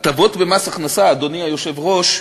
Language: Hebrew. הטבות במס הכנסה, אדוני היושב-ראש,